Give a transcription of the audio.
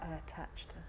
attached